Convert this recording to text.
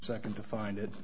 second to find it